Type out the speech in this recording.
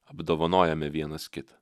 apdovanojame vienas kitą